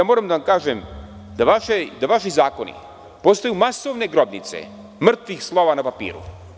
Moram da vam kažem da vaši zakoni postaju masovne grobnice mrtvih slova na papiru.